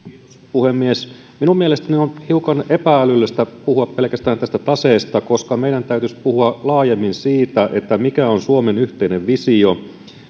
puhemies minun mielestäni on hiukan epä älyllistä puhua pelkästään tästä taseesta koska meidän täytyisi puhua laajemmin siitä siitä mikä on suomen yhteinen visio